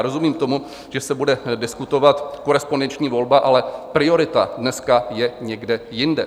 Rozumím tomu, že se bude diskutovat korespondenční volba, ale priorita dnes je někde jinde.